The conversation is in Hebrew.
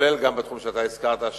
בכללם התחום שאתה הזכרת,